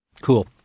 Cool